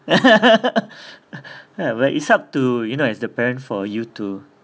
where is up to you know as the parent for you too